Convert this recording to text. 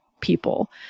people